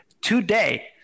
today